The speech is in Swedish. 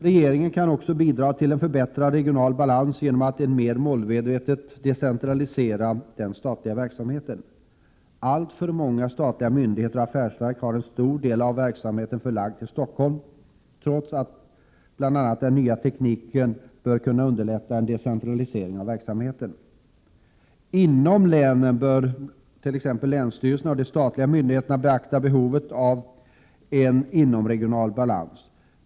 Regeringen kan också bidra till en förbättrad regional balans genom att mer målmedvetet decentralisera den statliga verksamheten. Alltför många statliga myndigheter och affärsverk har en stor del av verksamheten förlagd till Stockholm, trots att den nya tekniken bör kunna underlätta en decentralisering av verksamheten. Inom länen bör bl.a. länsstyrelserna och de statliga myndigheterna beakta behovet av en inomregional balans.